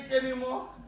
anymore